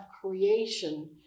creation